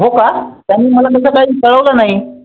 हो का त्यांनी मला नंतर काही कळवलं नाही